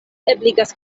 ebligas